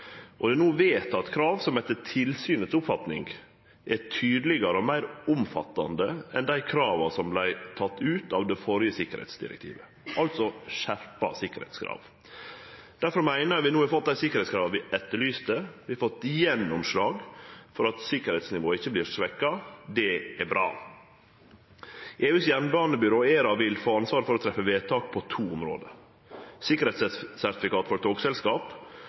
Det er no vedteke krav som etter tilsynet si oppfatning er tydelegare og meir omfattande enn dei krava som vart tekne ut av det førre sikkerheitsdirektivet, altså skjerpa sikkerheitskrav. Difor meiner vi no at vi har fått dei sikkerheitskrava vi etterlyste. Vi har fått gjennomslag for at sikkerheitsnivået ikkje vert svekt. Det er bra. EUs jernbanebyrå, ERA, vil få ansvaret for å gjere vedtak på to område: sikkerheitssertifikat for togselskap